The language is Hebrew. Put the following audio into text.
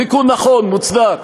תיקון נכון, מוצדק,